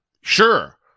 Sure